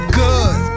good